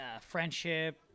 friendship